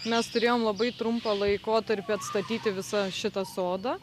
mes turėjom labai trumpą laikotarpį atstatyti visą šitą sodą